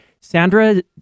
Sandra